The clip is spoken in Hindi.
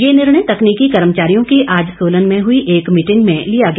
ये निर्णय तकनीकी कर्मचारियों की आज सोलन हुई एक मीटिंग में लिया गया